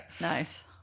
nice